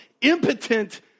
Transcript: impotent